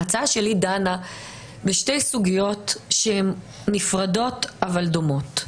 ההצעה שלי דנה בשתי סוגיות שהן נפרדות, אבל דומות.